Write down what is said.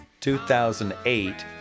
2008